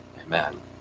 amen